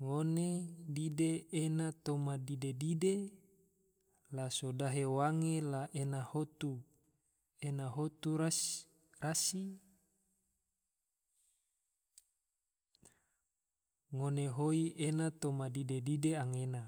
ngone dide ena toma dide-dide la so dahe wange la ena hotu, ena hotu rasi ngone hoi ena toma dide-dide anggena